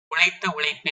உழைத்த